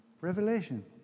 Revelation